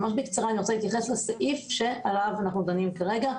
ממש בקצרה אני רוצה להתייחס לסעיף שעליו אנחנו דנים כרגע.